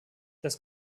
das